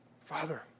Father